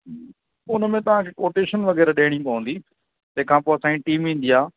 हुन में तव्हांखे कोटेशन वग़ैरह ॾियणी पवंदी तंहिं खां पोइ असांजी टीम ईंदी आहे